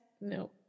No